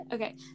Okay